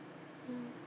mm